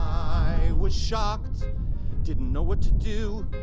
i was shocked didn't know what to do